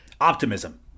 Optimism